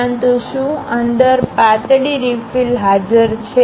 પરંતુ શું અંદર પાતળી રિફિલ હાજર છે